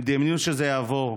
הם דמיינו שזה יעבור,